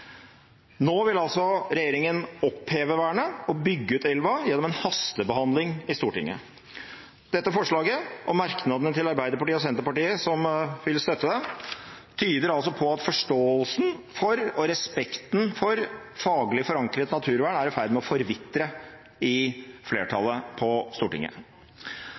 Nå vil altså regjeringen oppheve vernet og bygge ut elva gjennom en hastebehandling i Stortinget. Dette forslaget og merknadene som Arbeiderpartiet og Senterpartiet, som vil støtte det, er med på, tyder på at forståelsen for og respekten for faglig forankret naturvern er i ferd med å forvitre i flertallet på Stortinget.